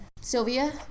Sylvia